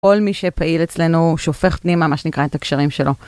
כל מי שפעיל אצלנו שופך פנימה, מה שנקרא, את הקשרים שלו.